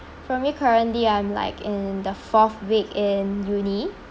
for me currently I'm like in the fourth week in uni